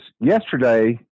yesterday